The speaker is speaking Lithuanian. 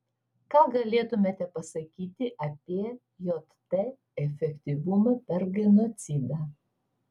ką galėtumėte pasakyti apie jt efektyvumą per genocidą